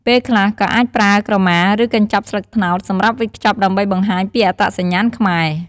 ពេលខ្លះក៏អាចប្រើក្រមា ឬកញ្ចប់ស្លឹកត្នោតសម្រាប់វេចខ្ចប់ដើម្បីបង្ហាញពីអត្តសញ្ញាណខ្មែរ។